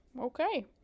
Okay